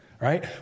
right